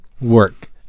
work